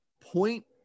point